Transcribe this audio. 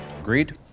Agreed